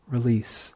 Release